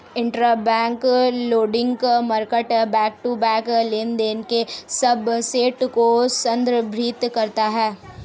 interbank lending market back to back लेनदेन के subset को संदर्भित करता है